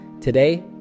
Today